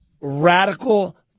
radical